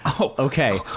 Okay